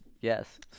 Yes